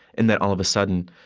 and that all of a sudden,